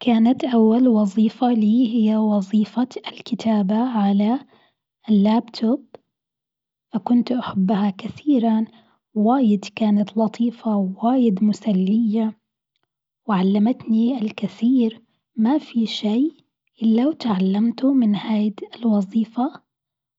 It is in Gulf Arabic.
كانت أول وظيفة لي هي وظيفة الكتابة على اللاب توب، فكنت أحبها كثيرًا واجد كانت لطيفة واجد مسلية، وعلمتني الكثير ما في شيء إلا وتعلمته من هذه الوظيفة